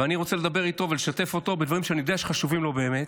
ואני רוצה לדבר איתו ולשתף אותו בדברים שאני יודע שחשובים לו באמת,